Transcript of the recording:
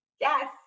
Yes